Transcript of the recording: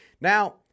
Now